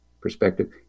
perspective